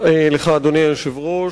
אדוני היושב-ראש,